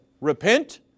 Repent